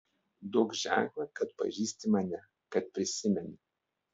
duok ženklą kad pažįsti mane kad prisimeni